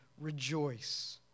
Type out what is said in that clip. rejoice